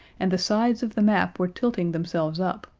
and the sides of the map were tilting themselves up,